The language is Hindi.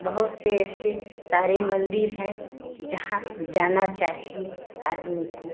बहुत से ऐसे सारे मंदिर हैं जहाँ जाना चाहिए आदमी को